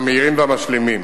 המהירים והמשלימים.